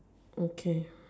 okay